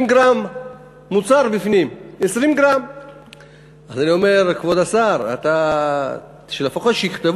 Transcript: ואני מעביר את זה לשר הכלכלה.